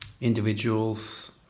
individuals